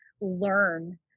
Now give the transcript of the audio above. learn